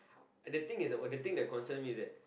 the things is what the thing that concern me is it